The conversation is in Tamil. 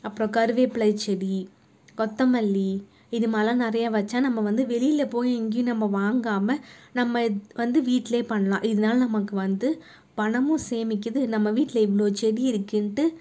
அப்றம் கருவேப்பிலை செடி கொத்தமல்லி இதுமாதிரிலாம் நிறையா வெச்சால் நம்ம வெளியில் போய் எங்கேயும் நம்ம வாங்காமல் நம்ம இத் வந்து வீட்டில் பண்ணலாம் இதனால நமக்கு வந்து பணமும் சேமிக்கிறது நம்ப வீட்டில் இவ்வளோ செடி இருக்கின்னுட்டு